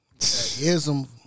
Ism